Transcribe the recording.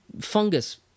fungus